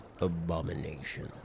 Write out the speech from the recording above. abomination